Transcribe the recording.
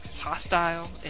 hostile